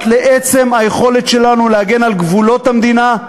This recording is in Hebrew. לעצם היכולת שלנו להגן על גבולות המדינה,